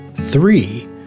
three